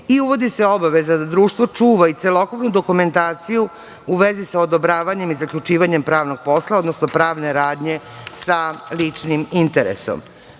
Uvodi se obaveza da društvo čuva i celokupnu dokumentaciju u vezi sa odobravanjem i zaključivanjem pravnog posla, odnosno pravne radnje sa ličnim interesom. Propisuje